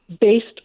based